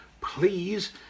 please